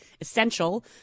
essential